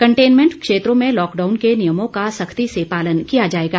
containment क्षेत्रों में lockdown के नियमों का सख्ती से पालन किया जाएगा